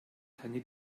keine